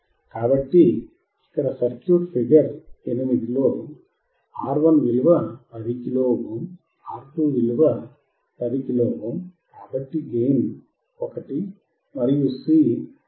కాబట్టి ఇక్కడ circuit figure 8 R1 10 kilo ohm R2 10 kilo ohm కాబట్టి గెయిన్ 1 మరియు C 0